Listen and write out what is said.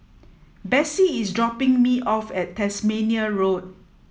Bessie is dropping me off at Tasmania Road